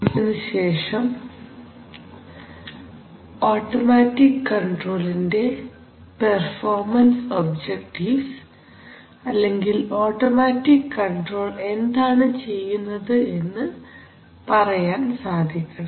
ഈ അധ്യായത്തിന് ശേഷം ഓട്ടോമാറ്റിക് കൺട്രോളിന്റെ പെർഫോമൻസ് ഒബ്ജക്റ്റീവ്സ് അല്ലെങ്കിൽ ഓട്ടോമാറ്റിക് കൺട്രോൾ എന്താണ് ചെയ്യുന്നത് എന്ന് പറയാൻ സാധിക്കണം